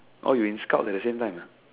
oh you in Scouts at the same time